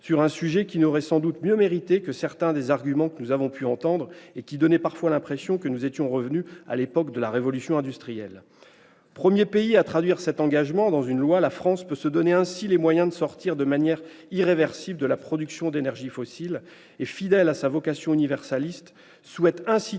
sur un sujet qui aurait sans doute mérité mieux que certains des arguments que nous avons pu entendre et qui donnaient parfois l'impression que nous étions revenus à l'époque de la révolution industrielle. Premier pays à traduire cet engagement dans une loi, la France peut se donner ainsi les moyens de sortir de manière irréversible de la production d'énergies fossiles. Fidèle à sa vocation universaliste, elle souhaite inciter